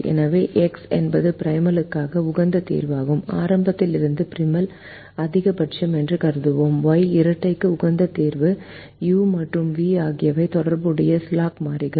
எனவே எக்ஸ் என்பது ப்ரைமலுக்கான உகந்த தீர்வாகும் ஆரம்பத்தில் இருந்து ப்ரிமல் அதிகபட்சம் என்று கருதுவோம் ஒய் இரட்டைக்கு உகந்த தீர்வு யு மற்றும் வி ஆகியவை தொடர்புடைய ஸ்லாக் மாறிகள்